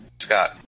Scott